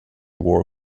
war